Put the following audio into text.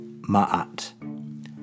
ma'at